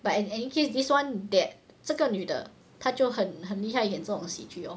but in any case this one that 这个女的她就很很厉害演这种喜剧 lor